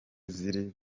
ziri